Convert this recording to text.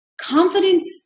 confidence